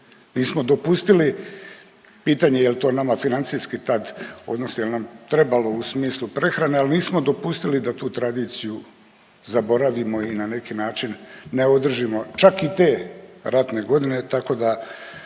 Nismo dopustili pitanje jel to nama financijski tad odnosno jel nam trebalo u smislu prehrane, ali nismo dopustili da tu tradiciju zaboravimo i na neki način ne održimo čak i te ratne godine. Tako da